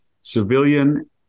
Civilian